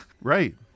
right